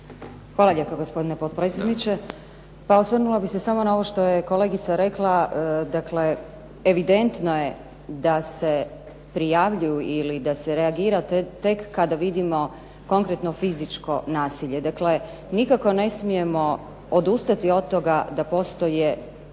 Hvala lijepo gospodine potpredsjedniče. Pa osvrnula bih se samo na ovo što je kolegica rekla. Dakle, evidentno je da se prijavljuju ili da se reagira tek kada vidimo konkretno fizičko nasilje. Dakle, nikako ne smijemo odustati od toga da postoje